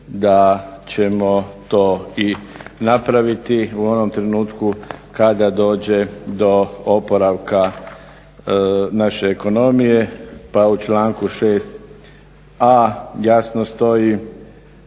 da ćemo to i napraviti u onom trenutku kada dođe do oporavka naše ekonomije. Pa u članku 6a jasno stoji